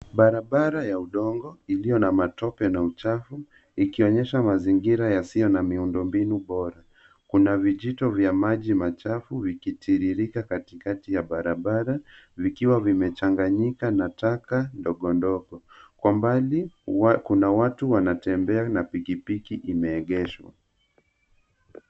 Barabara ya udongo iliyo na matope na uchafu ikionyesha mazingira yasiyo na miundombinu bora. Kuna vijito vya maji machafu vikitiririka katikati ya barabara vikiwa vimechanganyika na taka ndogo ndogo. Kwa mbali, kuna watu wanatembea na pikipiki imeegeshwa